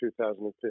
2015